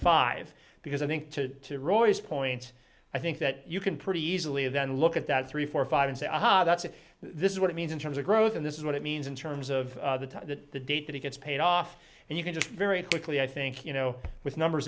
five because i think to royce point i think that you can pretty easily then look at that three four five and say aha that's it this is what it means in terms of growth and this is what it means in terms of the time that the date that it gets paid off and you can just very quickly i think you know with numbers